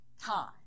time